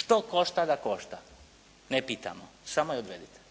što košta da košta, ne pitamo, samo je odvedite.